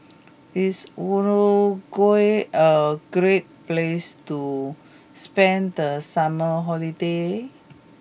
is Uruguay a great place to spend the summer holiday